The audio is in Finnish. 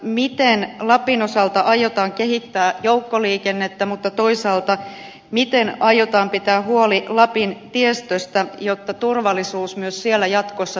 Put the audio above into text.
miten lapin osalta aiotaan kehittää joukkoliikennettä mutta toisaalta miten aiotaan pitää huolta lapin tiestöstä jotta turvallisuus myös siellä jatkossa toteutuu